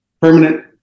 permanent